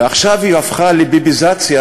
ועכשיו היא הפכה לביביזציה,